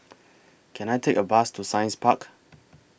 Can I Take A Bus to Science Park